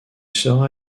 sera